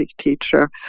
teacher